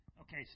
Okay